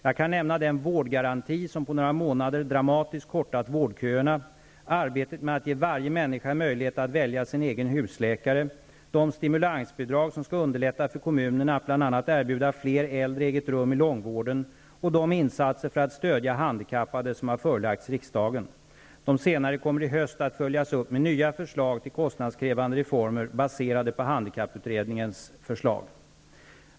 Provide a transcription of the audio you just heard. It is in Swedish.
Jag kan nämna den vårdgaranti som på några månader dramatiskt kortat vårdköerna, arbetet med att ge varje människa möjlighet att välja sin egen husläkare, de stimulansbidrag som skall underlätta för kommunerna att bl.a. erbjuda fler äldre eget rum i långvården och de förslag till insatser för att stödja handikappade som har förelagts riksdagen. De senare kommer i höst att följas upp med nya förslag till kostnadskrävande reformer baserade på handikapputredningens förslag.